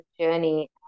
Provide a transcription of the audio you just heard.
journey